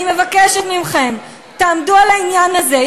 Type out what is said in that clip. אני מבקשת מכם, תעמדו על העניין הזה.